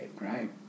right